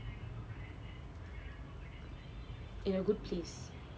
in a good place